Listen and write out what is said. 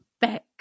back